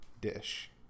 dish